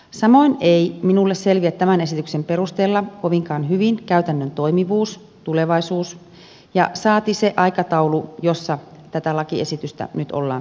samoin ei minulle selviä tämän esityksen perusteella kovinkaan hyvin käytännön toimivuus tulevaisuus saati se aikataulu jossa tätä lakiesitystä nyt ollaan viemässä läpi